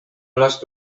last